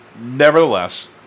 nevertheless